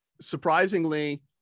surprisingly